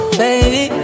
baby